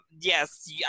yes